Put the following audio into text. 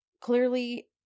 clearly